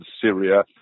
Syria